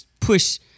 push